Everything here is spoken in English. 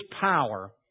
power